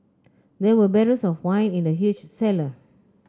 there were barrels of wine in the huge cellar